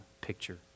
picture